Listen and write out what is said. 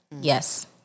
Yes